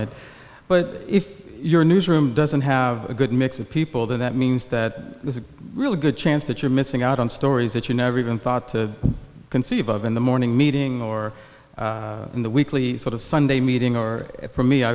it but if you're newsroom doesn't have a good mix of people then that means that there's a really good chance that you're missing out on stories that you never even thought to conceive of in the morning meeting or in the weekly sort of sunday meeting or for me i